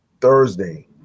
Thursday